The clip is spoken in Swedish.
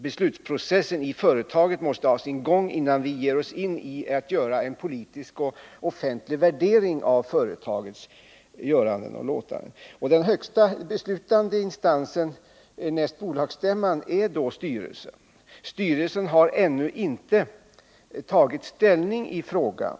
Beslutsprocessen i företaget måste först ha sin gång innan vi kan ge oss in i någon politisk och offentlig värdering av företagets göranden och låtanden. Den högsta beslutande instansen näst bolagsstämman är då styrelsen. Men styrelsen har ännu inte tagit ställning i frågan.